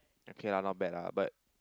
okay lah not bad lah but